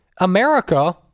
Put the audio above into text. America